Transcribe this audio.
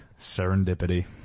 Serendipity